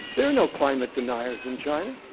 there are no climate deniers in china.